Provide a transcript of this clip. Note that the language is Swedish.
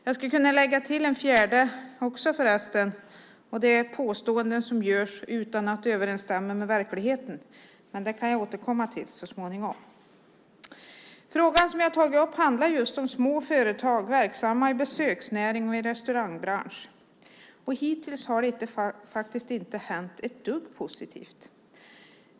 Jag skulle kunna lägga till ett fjärde kännetecken, nämligen påståenden som görs utan att de överensstämmer med verkligheten. Detta kan jag återkomma till så småningom. Frågan som jag har tagit upp handlar just om små företag verksamma i besöksnäring och i restaurangbransch. Hittills har det faktiskt inte hänt ett dugg positivt.